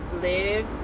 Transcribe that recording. live